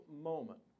moment